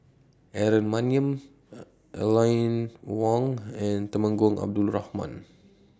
Aaron Maniam Aline Wong and Temenggong Abdul Rahman